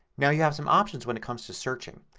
now you have some options when it comes to searching.